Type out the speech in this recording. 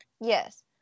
Yes